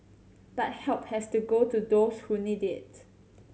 but help has to go to those who need it